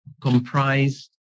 comprised